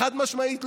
חד-משמעית לא.